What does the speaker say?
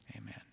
amen